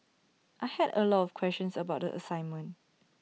I had A lot of questions about the assignment